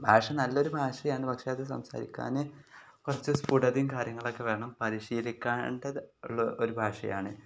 ഭാഷ നല്ലൊരു ഭാഷയാണ് പക്ഷേ അത് സംസാരിക്കാൻ കുറച്ച് സ്പുടതയും കാര്യങ്ങളൊക്കെ വേണം പരിശീലിക്കേണ്ടത് ഉള്ള ഒരു ഭാഷയാണ്